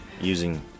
Using